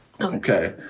Okay